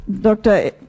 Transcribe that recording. Dr